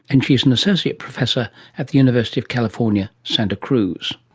and she is an associate professor at the university of california, santa cruz.